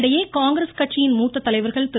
இதனிடையே காங்கிரஸ் கட்சியின் மூத்த தலைவர்கள் திரு